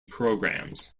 programmes